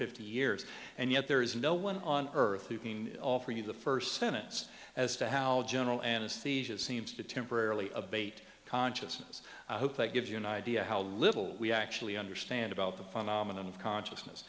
fifty years and yet there is no one on earth who can offer you the first sentence as to how general anesthesia seems to temporarily abate consciousness i hope that gives you an idea how little we actually understand about the phenomenon of consciousness